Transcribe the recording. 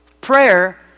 Prayer